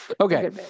Okay